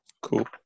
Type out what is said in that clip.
Cool